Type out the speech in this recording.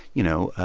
you know,